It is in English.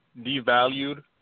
devalued